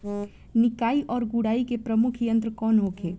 निकाई और गुड़ाई के प्रमुख यंत्र कौन होखे?